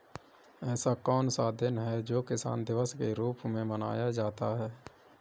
ऐसा कौन सा दिन है जो किसान दिवस के रूप में मनाया जाता है?